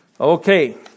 Okay